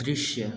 दृश्य